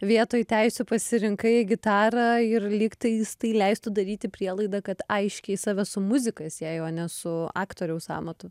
vietoj teisių pasirinkai gitarą ir lyg tais tai leistų daryti prielaidą kad aiškiai save su muzika sieji o ne su aktoriaus amatu